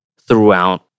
throughout